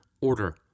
order